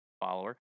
follower